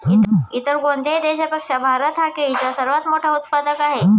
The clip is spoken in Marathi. इतर कोणत्याही देशापेक्षा भारत हा केळीचा सर्वात मोठा उत्पादक आहे